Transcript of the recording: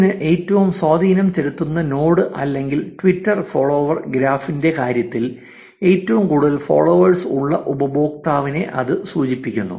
ഇതിന് ഏറ്റവും സ്വാധീനം ചെലുത്തുന്ന നോഡ് അല്ലെങ്കിൽ ട്വിറ്റർ ഫോളോവർ ഗ്രാഫിന്റെ കാര്യത്തിൽ ഏറ്റവും കൂടുതൽ ഫോളോവേഴ്സ് ഉള്ള ഉപയോക്താവിനെ ഇത് സൂചിപ്പിക്കുന്നു